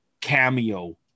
cameo